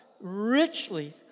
Richly